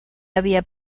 había